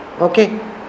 Okay